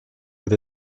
with